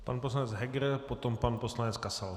Pan poslanec Heger, potom pan poslanec Kasal.